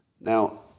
Now